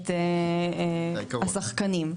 השחקנים.